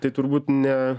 tai turbūt ne